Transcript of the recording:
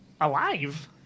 alive